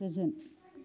गोजोन